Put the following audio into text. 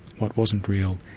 what wasn't real,